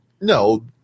No